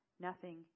Nothing